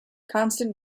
constant